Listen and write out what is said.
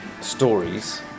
stories